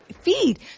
feed